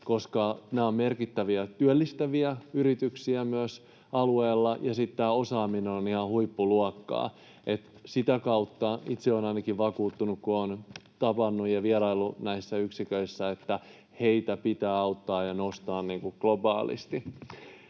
koska nämä ovat myös merkittäviä työllistäviä yrityksiä alueella, ja tämä osaaminen on ihan huippuluokkaa. Sitä kautta ainakin itse olen vakuuttunut, kun olen vieraillut näissä yksiköissä, että heitä pitää auttaa ja nostaa globaalisti.